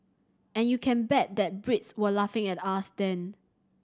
and you can bet that Brits were laughing at us then